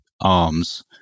arms